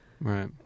Right